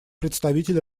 представитель